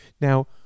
Now